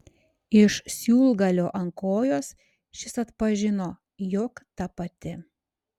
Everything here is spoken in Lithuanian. iš siūlgalio ant kojos šis atpažino jog ta pati